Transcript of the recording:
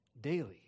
daily